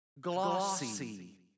glossy